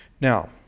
Now